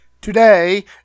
Today